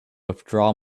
withdraw